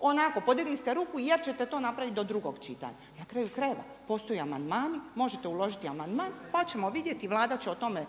onako podigli ste ruku jer ćete to napraviti do drugog čitanja. Na kraju krajeva, postoje amandmani, možete uložiti amandman pa ćemo vidjeti, Vlada će o tome